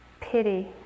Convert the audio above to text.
pity